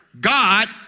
God